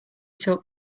talk